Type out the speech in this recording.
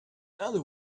other